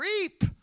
reap